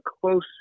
close